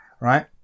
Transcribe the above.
right